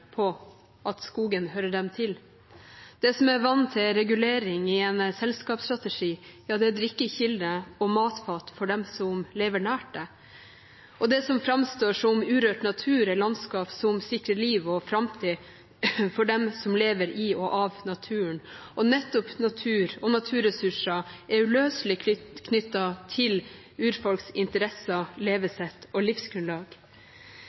på at skogen hører dem til. Det som er vann til regulering i en selskapsstrategi, det er drikkekilde og matfat for dem som lever nært det. Det som framstår som urørt natur, er landskap som sikrer liv og framtid for dem som lever i og av naturen. Nettopp natur og naturressurser er uløselig knyttet til urfolks interesser, levesett og livsgrunnlag.